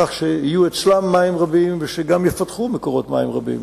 לכך שיהיו אצלם מים רבים וגם שיפתחו מקורות מים רבים,